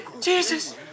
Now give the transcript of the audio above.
Jesus